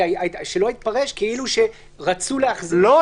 שלא יתפרש כאילו שרצו להחזיר את זה --- לא,